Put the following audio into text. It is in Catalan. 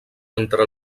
entre